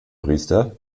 priester